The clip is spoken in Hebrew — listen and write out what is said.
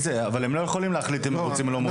אבל הם לא יכולים להחליט אם הם מרוצים או לא מרוצים.